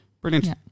Brilliant